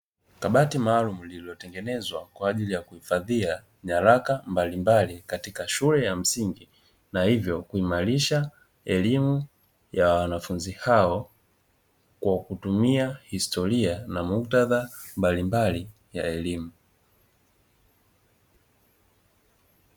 Kabati maalumu lililotengenezwa kwa ajili ya kuhifadhia nyaraka mbalimbali katika shule ya msingi na hivyo kuimarisha elimu ya wanafunzi hao, kwa kutumia historia na muktadha mbalimbali ya elimu.